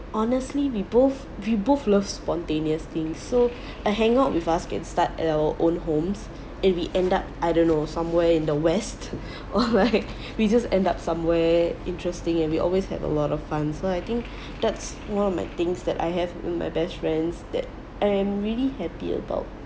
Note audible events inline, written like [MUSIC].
honestly we both we both love spontaneous things so a hangout with us can start at our own homes and we end up I don't know somewhere in the west [LAUGHS] or like we just end up somewhere interesting and we always have a lot of fun so I think that's one of my things that I have in my best friends that I'm really happy about